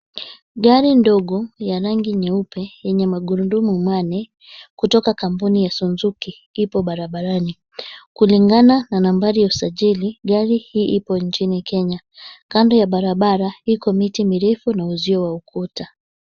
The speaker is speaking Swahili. Gari ndogo ya rangi nyeupe yenye magurudumu manne kutoka kampuni ya Suzuki ipo barabarani kulingana na nambari ya usajili gari hii ipo nchini kenya kando ya barabara iko miti mirefu na uzio wa ukuta.